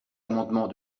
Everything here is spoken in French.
amendement